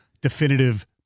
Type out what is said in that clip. definitive